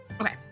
okay